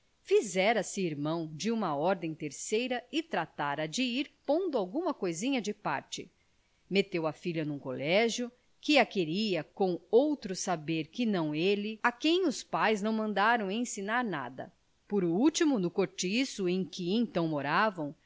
melhor fizera-se irmão de uma ordem terceira e tratara de ir pondo alguma coisinha de parte meteu a filha em um colégio que a queria com outro saber que não ele a quem os pais não mandaram ensinar nada por último no cortiço em que então moravam